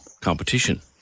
competition